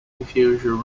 diffusion